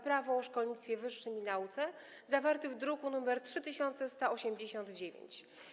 Prawo o szkolnictwie wyższym i nauce, druk nr 3189.